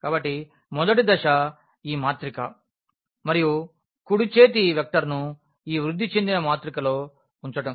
కాబట్టి మొదటి దశ ఈ మాత్రిక మరియు కుడి చేతి వెక్టర్ను ఈ వృద్ధి చెందిన మాతృకలో ఉంచడం